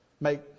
make